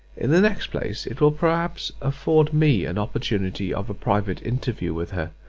in the next place, it will perhaps afford me an opportunity of a private interview with her,